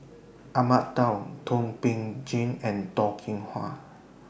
Ahmad Daud Thum Ping Tjin and Toh Kim Hwa